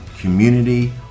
community